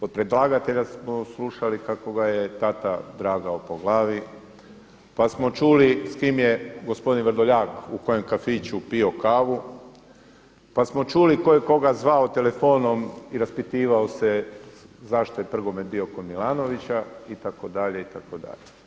Od predlagatelja smo slušali kako ga je tata dragao po glavi, pa smo čuli s kim je gospodin Vrdoljak u kojem kafiću pio kavu, pa smo čuli ko je koga zvao telefonom i raspitivao se zašto je Prgomet bio kod Milanovića itd., itd.